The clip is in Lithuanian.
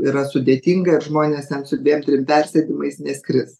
yra sudėtinga ir žmonės ten su dviem trim persėdimais neskris